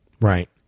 Right